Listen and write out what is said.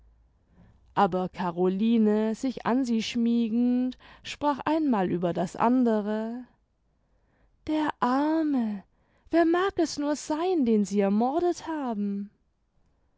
aber caroline sich an sie schmiegend sprach einmal über das and're der arme wer mag es nur sein den sie ermordet haben